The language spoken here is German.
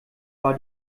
war